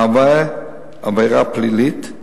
מהווה עבירה פלילית,